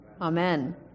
Amen